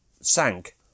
sank